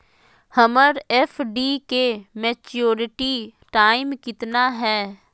हमर एफ.डी के maturity time कितना है?